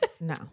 No